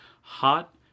Hot